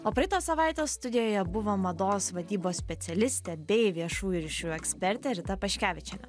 o praeitos savaitės studijoje buvo mados vadybos specialistė bei viešųjų ryšių ekspertė rita paškevičienė